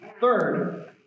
Third